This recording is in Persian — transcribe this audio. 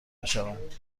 بشوند